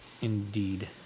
indeed